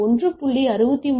63 M